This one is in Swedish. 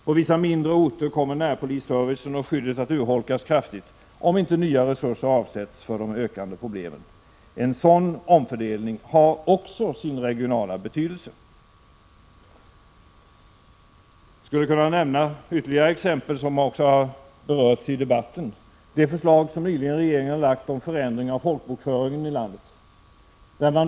På vissa mindre orter kommer närpolisservicen och skyddet att urholkas kraftigt om inte nya resurser avsätts för de ökande problemen. En sådan omfördelning har också sin regionala betydelse. Jag skulle kunna nämna ytterligare exempel som också berörts i debatten. Det förslag som regeringen nyligen har lagt fram om förändring av folkbokföringen i landet är ett.